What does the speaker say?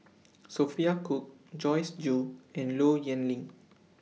Sophia Cooke Joyce Jue and Low Yen Ling